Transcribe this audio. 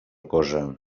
cosa